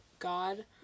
God